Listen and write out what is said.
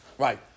Right